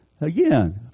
Again